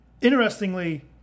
interestingly